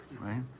right